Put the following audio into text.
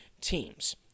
teams